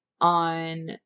on